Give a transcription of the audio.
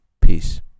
peace